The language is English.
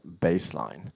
baseline